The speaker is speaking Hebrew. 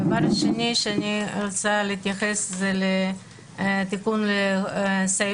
דבר שני שאני רוצה להתייחס אליו הוא תיקון לסעיף